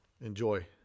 enjoy